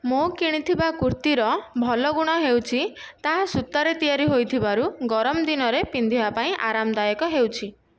ମୋ କିଣିଥିବା କୁର୍ତ୍ତୀ ର ଭଲ ଗୁଣ ହେଉଛି ତାହା ସୂତାରେ ତିଆରି ହୋଇଥିବାରୁ ଗରମ ଦିନରେ ପିନ୍ଧିବା ପାଇଁ ଆରାମଦାୟକ ହେଉଛି